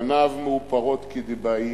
פניו מאופרות כדבעי,